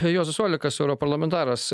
juozas olekas europarlamentaras